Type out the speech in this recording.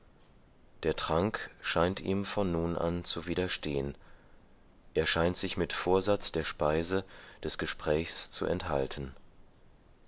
der trank scheint ihm von nun an zu widerstehen er scheint sich mit vorsatz der speise des gesprächs zu enthalten